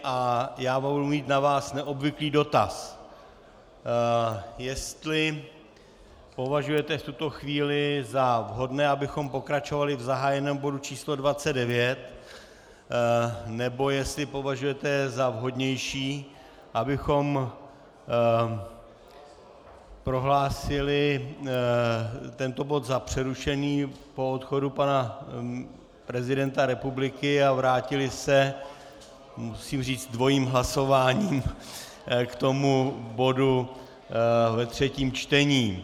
Budu mít na vás neobvyklý dotaz, jestli považujete v tuto chvíli za vhodné, abychom pokračovali v zahájeném bodu číslo 29, nebo jestli považujete za vhodnější, abychom prohlásili tento bod za přerušený po odchodu prezidenta republiky a vrátili se, musím říci dvojím hlasováním, k bodu ve třetím čtení.